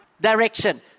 direction